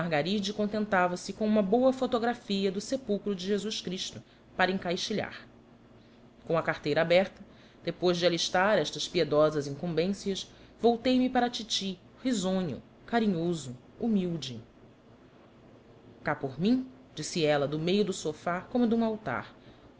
margaride contentava-se com uma boa fotografia do sepulcro de jesus cristo para encaixilhar com a carteira aberta depois de alistar estas piedosas incumbências voltei-me para a titi risonho carinhoso humilde cá por mim disse ela do meio do sofá como de um altar